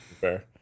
Fair